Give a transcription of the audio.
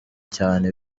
cyane